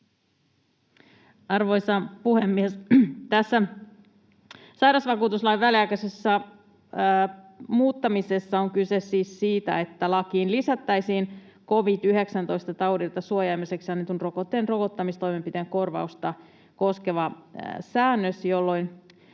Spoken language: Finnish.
Arvoisa puhemies! Tässä sairausvakuutuslain väliaikaisessa muuttamisessa on kyse siis siitä, että lakiin lisättäisiin covid-19-taudilta suojaamiseksi annetun rokotteen rokottamistoimenpiteen korvausta koskeva säännös, jolloin